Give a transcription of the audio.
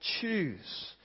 choose